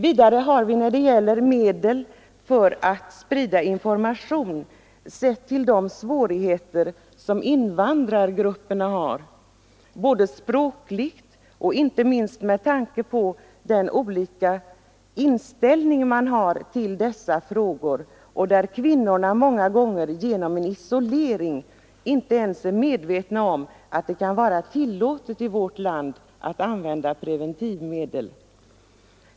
Vidare har vi när det gäller informationen berört de svårigheter som invandrargrupperna har — språkligt och inte minst med tanke på den annorlunda inställning de kan ha i dessa frågor. Invandrarkvinnorna är på grund av sin isolering många gånger inte ens medvetna om att det i vårt land är tillåtet att använda preventivmedel.